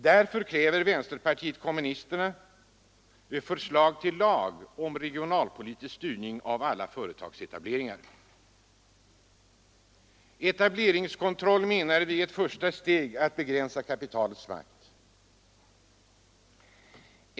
Därför kräver vänsterpartiet kommunisterna förslag till lag om regionalpolitisk styrning av alla företagsetableringar. Etableringskontroll, menar vi, är ett första steg att begränsa kapitalets makt.